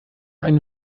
ein